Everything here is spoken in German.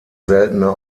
seltener